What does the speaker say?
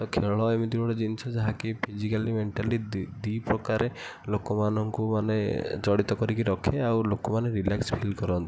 ଖେଳ ଏମିତି ଗୋଟେ ଜିନିଷ ଯାହାକି ଫିଜିକାଲି ମେଣ୍ଟାଲି ଦୁଇ ପ୍ରକାରେ ଲୋକମାନଙ୍କୁ ମାନେ ଜଡ଼ିତ କରିକି ରଖେ ଆଉ ଲୋକମାନେ ରିଲାକ୍ସ୍ ଫିଲ୍ କରନ୍ତି